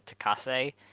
Takase